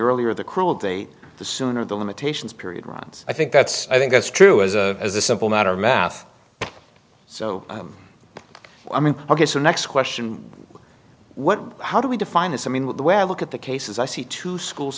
earlier the cruel date the sooner the limitations period runs i think that's i think that's true as a as a simple matter of math so i mean ok so next question what how do we define this i mean with the way i look at the cases i see two schools